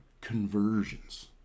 conversions